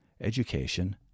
Education